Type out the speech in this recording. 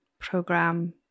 program